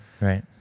Right